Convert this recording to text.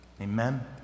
Amen